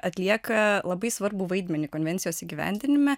atlieka labai svarbų vaidmenį konvencijos įgyvendinime